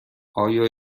آیا